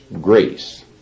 grace